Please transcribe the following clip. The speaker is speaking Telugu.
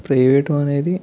ప్రైవేటు అనేది